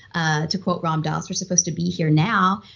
ah to quote, we're ah and so we're supposed to be here now.